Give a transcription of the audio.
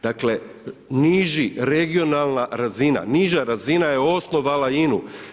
Dakle niži, regionalna razina, niža razina je osnovala INA-u.